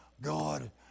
God